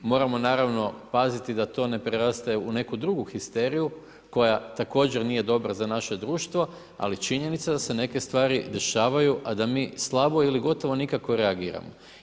Moramo naravno paziti da to ne preraste u neku drugu histeriju, koja također nije dobra za naše društvo, ali činjenica da se neke stvari dešavaju, a da mi slabo ili gotovo nikako reagiramo.